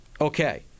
Okay